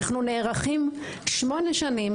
אנו נערכים שמונה שנים,